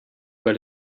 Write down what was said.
but